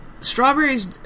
strawberries